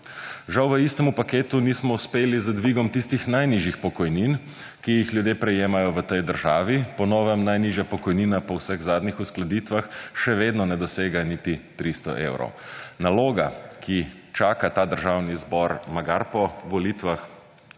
Žal v istem paketu nismo uspeli z dvigom tistih najnižjih pokojnin, ki jih ljudje prejemajo v tej državi. Po novem najnižja pokojnina po vseh zadnjih uskladitvah še vedno ne dosega niti 300 evrov. Naloga, ki čaka ta Državni zbor magari po volitvah